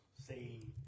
say